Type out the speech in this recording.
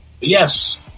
Yes